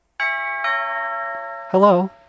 hello